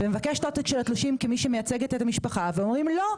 ומבקשת עותק של התלושים כמי שמייצגת את המשפחה ואומרים 'לא,